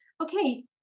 okay